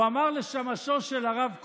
והוא אמר לשמשו של הרב קוק: